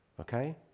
Okay